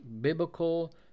biblical